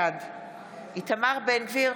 בעד איתמר בן גביר,